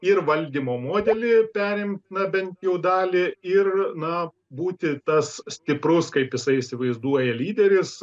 ir valdymo modelį perimt na bent jau dalį ir na būti tas stiprus kaip jisai įsivaizduoja lyderis